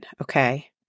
okay